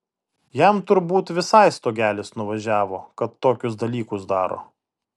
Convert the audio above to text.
jam turbūt visai stogelis nuvažiavo kad tokius dalykus daro